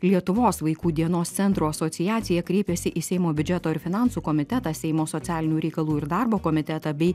lietuvos vaikų dienos centrų asociacija kreipėsi į seimo biudžeto ir finansų komitetą seimo socialinių reikalų ir darbo komitetą bei